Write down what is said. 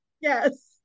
Yes